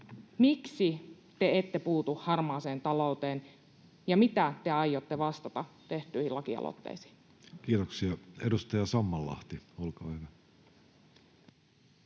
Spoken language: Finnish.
miksi te ette puutu harmaaseen talouteen, ja mitä te aiotte vastata tehtyihin lakialoitteisiin? Kiitoksia. — Edustaja Sammallahti, olkaa hyvä.